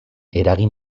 eragin